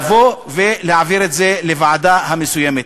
לבוא ולהעביר את זה לוועדה המסוימת,